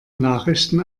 nachrichten